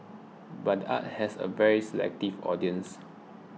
but arts has a very selective audience